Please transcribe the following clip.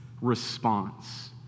response